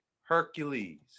Hercules